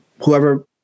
whoever